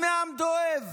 דואב,